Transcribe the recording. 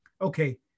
Okay